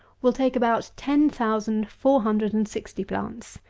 will take about ten thousand four hundred and sixty plants.